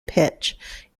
pitch